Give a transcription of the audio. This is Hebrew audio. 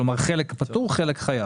כלומר, חלק פטור וחלק חייב.